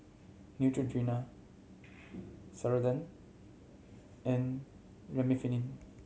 Neutrogena Ceradan and Remifemin